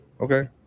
Okay